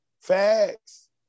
facts